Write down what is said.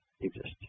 exist